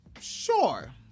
Sure